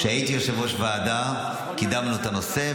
כשהייתי יושב-ראש ועדה קידמנו את הנושא,